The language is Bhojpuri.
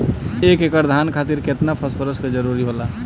एक एकड़ धान खातीर केतना फास्फोरस के जरूरी होला?